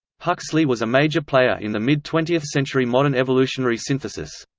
huxley was a major player in the mid-twentieth century modern evolutionary synthesis.